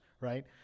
right